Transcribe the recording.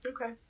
Okay